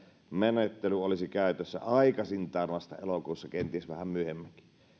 menettely olisi käytössä aikaisintaan vasta elokuussa kenties vähän myöhemmin